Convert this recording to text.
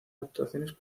actuaciones